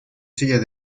sillas